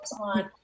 on